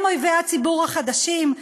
הם אויבי הציבור החדשים.